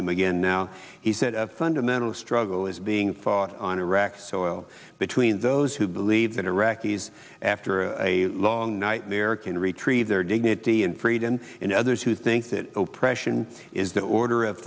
him again now he said fundamental struggle is being fought on iraqi soil between those who believe that iraqis after a long nightmare can retrieve their dignity and freedom and others who think that oppression is the order of